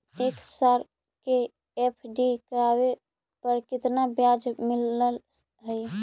एक साल के एफ.डी करावे पर केतना ब्याज मिलऽ हइ?